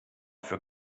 für